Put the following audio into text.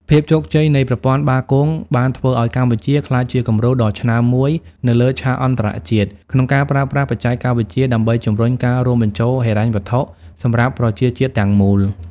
ភាពជោគជ័យនៃប្រព័ន្ធបាគងបានធ្វើឱ្យកម្ពុជាក្លាយជាគំរូដ៏ឆ្នើមមួយនៅលើឆាកអន្តរជាតិ ក្នុងការប្រើប្រាស់បច្ចេកវិទ្យាដើម្បីជម្រុញការរួមបញ្ចូលហិរញ្ញវត្ថុសម្រាប់ប្រជាជាតិទាំងមូល។